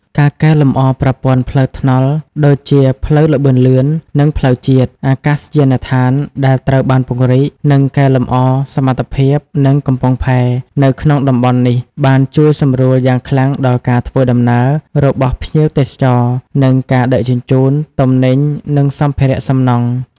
ការកែលម្អប្រព័ន្ធ ផ្លូវថ្នល់ ដូចជាផ្លូវល្បឿនលឿន និងផ្លូវជាតិ អាកាសយានដ្ឋានដែលត្រូវបានពង្រីក និងកែលម្អសមត្ថភាព និង កំពង់ផែ នៅក្នុងតំបន់នេះ បានជួយសម្រួលយ៉ាងខ្លាំងដល់ការធ្វើដំណើរ របស់ភ្ញៀវទេសចរ និង ការដឹកជញ្ជូន ទំនិញ និងសម្ភារៈសំណង់។